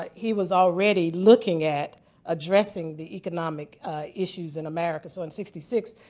he was already looking at addressing the economic issues in america. so in sixty six,